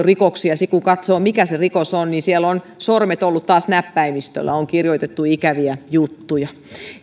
rikoksia sitten kun katsoo mikä se rikos on niin siellä ovat sormet olleet taas näppäimistöllä on kirjoitettu ikäviä juttuja